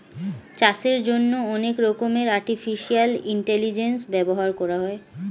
চাষের জন্যে অনেক রকমের আর্টিফিশিয়াল ইন্টেলিজেন্স ব্যবহার করা হয়